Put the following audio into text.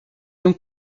donc